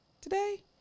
today